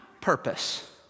purpose